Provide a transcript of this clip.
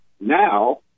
now